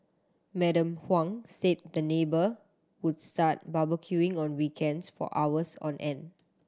Madam Huang said the neighbour would start barbecuing on weekends for hours on end